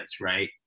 right